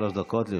שלוש דקות לרשותך.